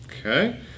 okay